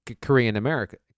Korean-American